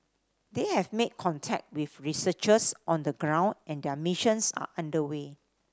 they have made contact with researchers on the ground and their missions are under way